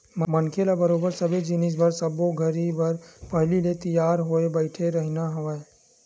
मनखे ल बरोबर सबे जिनिस बर सब्बो घरी बर पहिली ले तियार होय बइठे रहिना हवय